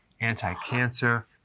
anti-cancer